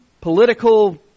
political